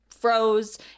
froze